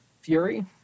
Fury